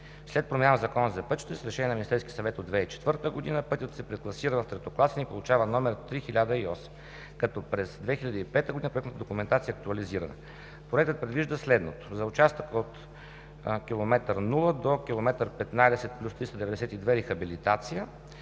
След промяна в Закона за пътищата с решение на Министерския съвет от 2004 г. пътят се прекласира в третокласен и получава номер III-1008, като през 2005 г. проектната документация е актуализирана. Проектът предвижда следното: за участъка от километър 0+000 до километър 15+392 – рехабилитация.